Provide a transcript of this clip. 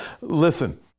Listen